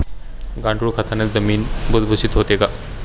गांडूळ खताने जमीन भुसभुशीत होते का?